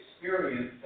experience